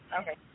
Okay